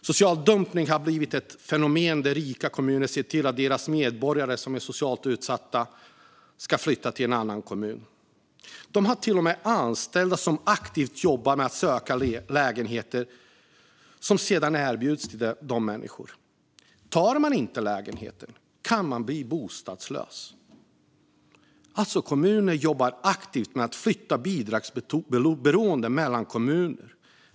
Social dumpning har blivit ett fenomen; rika kommuner ser till att deras socialt utsatta medborgare ska flytta till en annan kommun. De har till och med anställda som aktivt jobbar med att söka lägenheter som sedan erbjuds dessa människor. Om man inte tar den lägenhet man erbjuds kan man bli bostadslös. Kommuner jobbar alltså aktivt med att flytta bidragsberoende mellan kommuner.